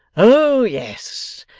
oh yes,